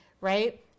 right